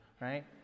right